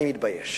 אני מתבייש